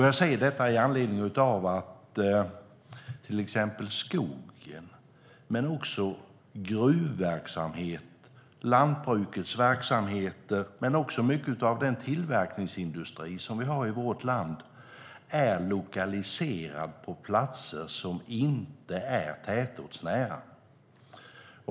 Jag säger detta med anledning av att till exempel skogen, gruvverksamhet och lantbrukets verksamheter men också mycket av den tillverkningsindustri som vi har i vårt land är lokaliserad på platser som inte är tätortsnära.